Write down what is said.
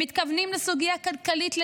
הם מתכוונים לסוגיה כלכלית לגמרי,